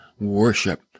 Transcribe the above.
worship